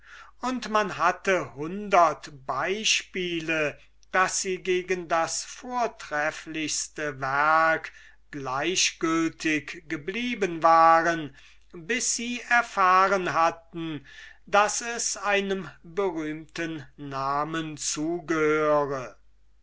und man hatte hundert beispiele daß sie gegen das vortrefflichste werk gleichgültig geblieben waren bis sie erfahren hatten daß es einem berühmten namen zugehöre